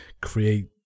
create